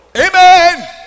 Amen